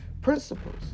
principles